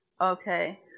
Okay